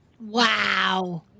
Wow